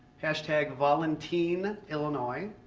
hashtag volunteen illinois,